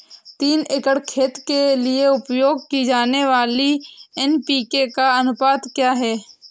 तीन एकड़ खेत के लिए उपयोग की जाने वाली एन.पी.के का अनुपात क्या है?